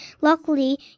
Luckily